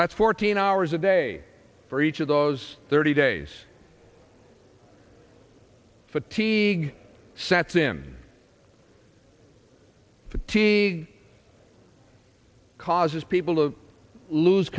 that's fourteen hours a day for each of those thirty days fatigue sets in fatigue causes people to lose